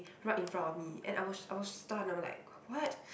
right in front of me and I was I was stunned I'm like what